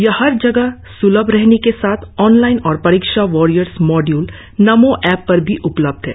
यह हर जगह स्लभ रहने के साथ ऑनलाइन और परीक्षा वारियर्स मॉड्य्ल नमो ऐप पर भी उपलब्ध है